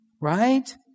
right